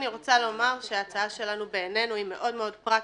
אני רוצה לומר שההצעה שלנו בעינינו היא מאוד מאוד פרקטית.